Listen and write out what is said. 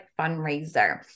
fundraiser